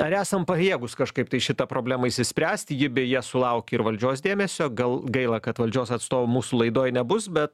ar esam pajėgūs kažkaip tai šitą problemą išsispręsti ji beje sulaukė ir valdžios dėmesio gal gaila kad valdžios atstovų mūsų laidoj nebus bet